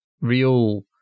real